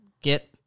get